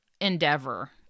endeavor